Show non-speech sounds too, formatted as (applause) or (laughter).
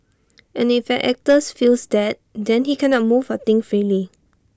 (noise) and if an actors feels that then he cannot move or think freely